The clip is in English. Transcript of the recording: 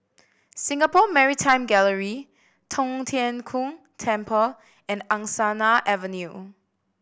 Singapore Maritime Gallery Tong Tien Kung Temple and Angsana Avenue